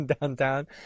downtown